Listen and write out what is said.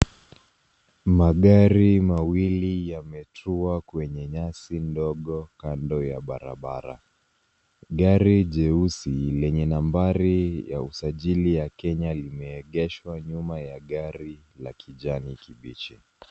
Magari mawili yametua kwenye nyasi ndogo kando ya barabara. Gari jeusi lenye nambari ya usajili ya Kenya limeegeshwa nyuma ya gari la kijani kibichi.